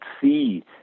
see